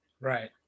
Right